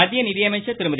மத்திய நிதியமைச்சர் திருமதி